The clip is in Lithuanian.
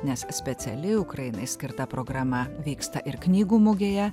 nes speciali ukrainai skirta programa vyksta ir knygų mugėje